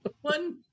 One